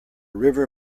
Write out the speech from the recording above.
river